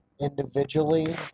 individually